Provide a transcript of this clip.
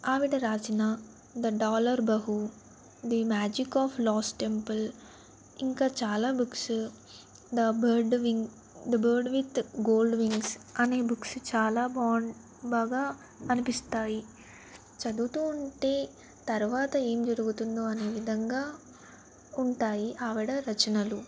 ఆవిడ వ్రాసిన the dollar bahu the magic of lost temple ఇంకా చాలా books the bird wing the bird with gold wings అనే books చాలా బా బాగా అనిపిస్తాయి చదువుతూ ఉంటే తరువాత ఏం జరుగుతుందో అనే విధంగా ఉంటాయి ఆవిడ రచనలు